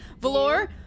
Valor